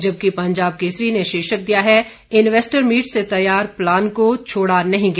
जबकि पंजाब केसरी ने शीर्षक दिया है इन्वेस्टर मीट से तैयार प्लान को छोड़ा नहीं गया